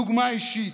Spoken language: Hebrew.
דוגמה אישית.